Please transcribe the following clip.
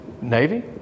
Navy